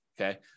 Okay